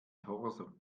torso